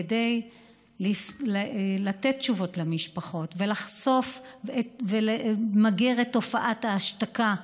כדי לתת תשובות למשפחות ולחשוף ולמגר את תופעת ההשתקה,